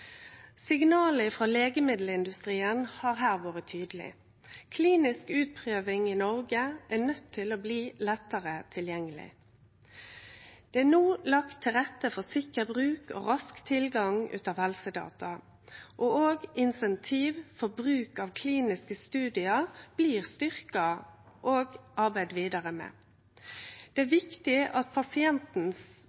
Signalet frå legemiddelindustrien har her vore tydeleg. Klinisk utprøving i Noreg er nøydd til å bli lettare tilgjengeleg. Det er no lagt til rette for sikker bruk og rask tilgang til helsedata, og insentiv for bruk av kliniske studiar blir styrkte og arbeidde vidare med. Dette er